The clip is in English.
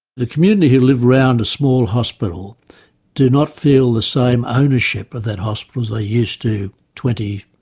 the community who live around a small hospital do not feel the same ownership of that hospital as they used to twenty,